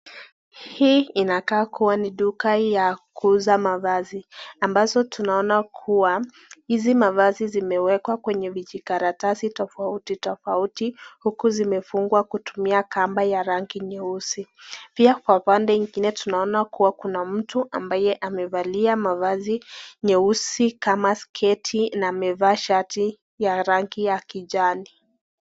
Hii inakaa kuwa ni duka ya kuuza mavazi ambazo tunaona kuwa hizi mavazi zimewekwa kwenye vijikaratasi tofauti tofauti huku zimefungwa kutumia kamba ya rangi nyeusi. Pia kwa pande ingine tunaona kuwa kuna mtu ambaye amevalia mavazi nyeusi kama sketi na amevaa shati ya rangi ya kijani.